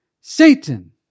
Satan